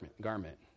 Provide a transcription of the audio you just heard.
garment